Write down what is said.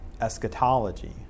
eschatology